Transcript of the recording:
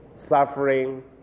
Suffering